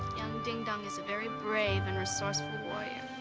young dingdong is a very brave and resourceful warrior.